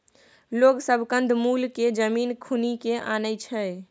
लोग सब कंद मूल केँ जमीन खुनि केँ आनय छै